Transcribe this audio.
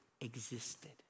existed